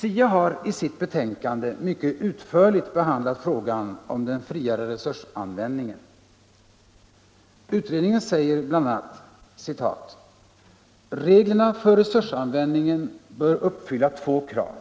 SIA har i sitt betänkande mycket utförligt behandlat frågan om den friare resursanvändningen. Utredningen säger bl.a.: ”Reglerna för resursanvändning bör uppfylla två krav.